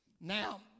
Now